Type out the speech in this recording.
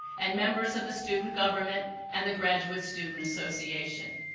and members of the student government and the graduate student association.